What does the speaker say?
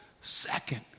second